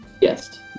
Yes